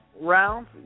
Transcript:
round